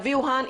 אביהו האן,